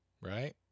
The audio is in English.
right